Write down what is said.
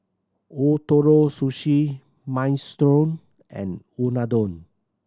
Ootoro Sushi Minestrone and Unadon